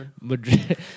Madrid